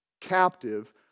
captive